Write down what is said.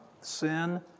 Sin